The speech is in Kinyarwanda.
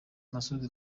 masud